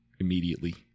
immediately